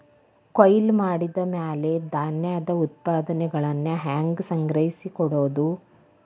ಕೊಯ್ಲು ಮಾಡಿದ ಮ್ಯಾಲೆ ಧಾನ್ಯದ ಉತ್ಪನ್ನಗಳನ್ನ ಹ್ಯಾಂಗ್ ಸಂಗ್ರಹಿಸಿಡೋದು?